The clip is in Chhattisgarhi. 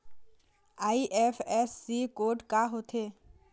आई.एफ.एस.सी कोड का होथे?